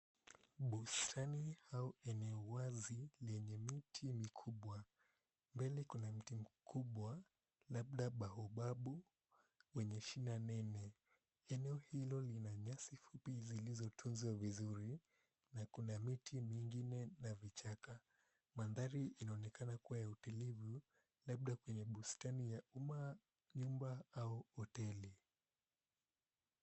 Bustani au eneo wazi lenye miti mikubwa. Mbele kuna mti kubwa labda baobabu wenye shina nene. Eneo hilo lina nyasi fupi zilizotunzwa vizuri na kuna miti mingine na vichaka mandhari inaonekana kuwa ya utulivu labda kwenye bustani ya uma nyumba au hoteli.